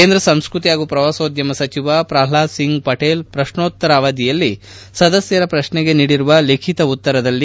ಕೇಂದ್ರ ಸಂಸ್ಕತಿ ಹಾಗೂ ಪ್ರವಾಸೋದ್ಯಮ ಸಚಿವ ಪ್ರಹ್ಲಾದ್ ಸಿಂಗ್ ಪಟೇಲ್ ಪ್ರಶ್ನೋತ್ತರ ಅವಧಿಯಲ್ಲಿ ಸದಸ್ಯರ ಪ್ರಶ್ನೆಗೆ ನೀಡಿರುವ ಲಿಖಿತ ಉತ್ತರದಲ್ಲಿ